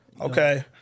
Okay